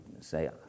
say